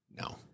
No